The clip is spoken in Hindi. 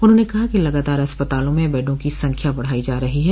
उन्होंने कहा कि लगातार अस्पतालों में बेडों की संख्या बढ़ाई जा रही है